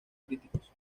críticos